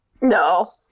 No